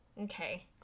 Okay